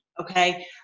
okay